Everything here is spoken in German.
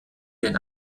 den